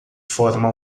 forma